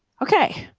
okay.